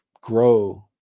grow